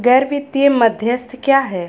गैर वित्तीय मध्यस्थ क्या हैं?